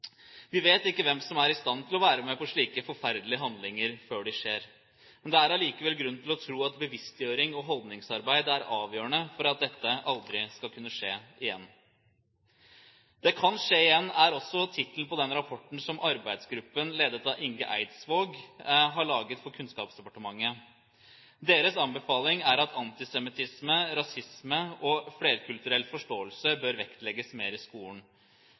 Vi vet ikke hvem som er i stand til å være med på slike forferdelige handlinger, før de skjer. Det er allikevel grunn til å tro at bevisstgjøring og holdningsarbeid er avgjørende for at dette aldri skal kunne skje igjen. «Det kan skje igjen» er også tittelen på den rapporten som arbeidsgruppen, ledet av Inge Eidsvåg, har laget for Kunnskapsdepartementet. Deres anbefaling er at antisemittisme, rasisme og flerkulturell forståelse bør vektlegges mer i skolen.